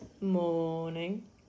Morning